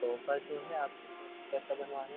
صوفہ جو ہے آپ کو تو کیسا بنوانا ہے